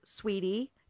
Sweetie